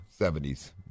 70s